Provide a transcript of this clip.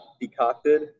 decocted